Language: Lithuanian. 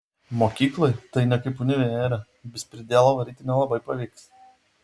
mokykloj tai ne kaip univere bezpridielą varyti nelabai pavyks